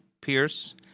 Pierce